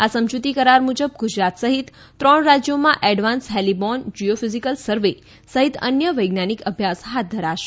આ સમજૂતી કરાર મુજબ ગુજરાત સહિત ત્રણ રાજ્યોમાં એડવાન્સ હેલિબોર્ન જિયોફિઝિકલ સર્વે સહિત અન્ય વૈજ્ઞાનિક અભ્યાસ હાથ ધરાશે